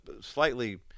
slightly